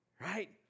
Right